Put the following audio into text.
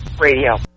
Radio